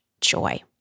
joy